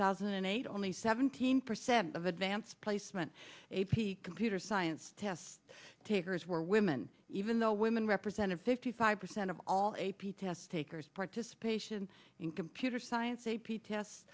thousand and eight only seventeen percent of advanced placement a p computer science test takers were women even though women represented fifty five percent of all a p test takers participation in computer science a p tests